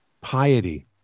Piety